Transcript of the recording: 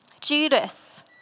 Judas